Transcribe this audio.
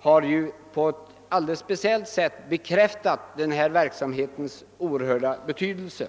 har på ett alldeles speciellt sätt bekräftat denna verksamhets oerhörda betydelse.